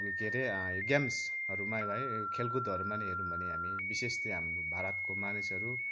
के अरे यो ग्याम्सहरूमा है खेलकुदहरूमा नै हेरौँ भने विशेष चाहिँ हाम्रा भारतका मानिसहरू